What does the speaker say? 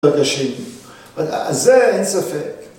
בבקשה, זה אינספק